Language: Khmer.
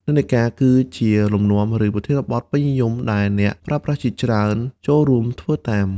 និន្នាការ គឺជាលំនាំ ឬប្រធានបទពេញនិយមដែលអ្នកប្រើប្រាស់ជាច្រើនចូលរួមធ្វើតាម។